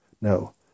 No